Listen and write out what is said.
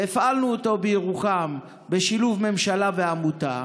והפעלנו אותו בירוחם בשילוב הממשלה ועמותה,